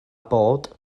bod